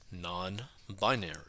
non-binary